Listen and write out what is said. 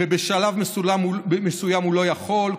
ובשלב מסוים הוא לא יכול.